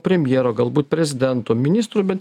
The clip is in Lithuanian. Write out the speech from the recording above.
premjero galbūt prezidento ministrų bet